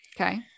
Okay